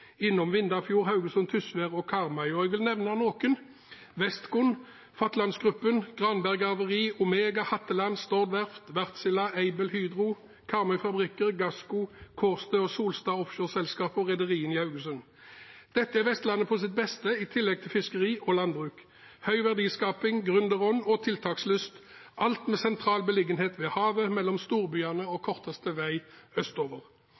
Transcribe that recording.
innom Vindafjord, i Haugesund, på Tysvær og på Karmøy. Jeg vil nevne noen: Westcon, Fatland-gruppen, Granberg Garveri, Omega, Hatteland, Stord Verft, Wärtsilä, Aibel, Hydro, Karmøy fabrikker, Gassco, Kårstø, Solstad Offshore og rederiene i Haugesund. Dette er Vestlandet på sitt beste, i tillegg til fiskeri og landbruk: høy verdiskaping, gründerånd og tiltakslyst – alt med sentral beliggenhet ved havet, mellom storbyene og